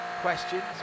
questions